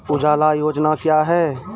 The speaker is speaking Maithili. उजाला योजना क्या हैं?